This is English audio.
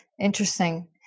Interesting